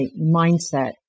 mindset